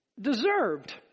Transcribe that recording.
deserved